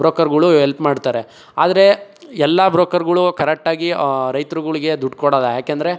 ಬ್ರೋಕರ್ಗಳು ಎಲ್ಪ್ ಮಾಡ್ತಾರೆ ಆದರೆ ಎಲ್ಲ ಬ್ರೋಕರ್ಗಳು ಕರೆಕ್ಟಾಗಿ ರೈತ್ರುಗಳಿಗೆ ದುಡ್ಡು ಕೊಡೊಲ್ಲ ಏಕೆಂದ್ರೆ